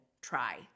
try